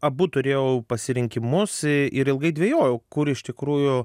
abu turėjau pasirinkimus ir ilgai dvejojau kur iš tikrųjų